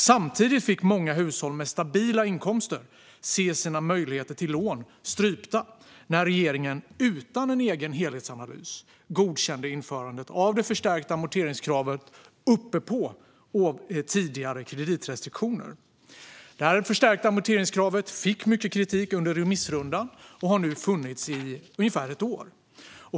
Samtidigt fick många hushåll med stabila inkomster se sina möjligheter till lån strypta när regeringen, utan en egen helhetsanalys, godkände införandet av det förstärkta amorteringskravet ovanpå tidigare kreditrestriktioner. Det förstärkta amorteringskravet fick mycket kritik under remissrundan och har nu funnits i ungefär ett år.